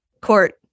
court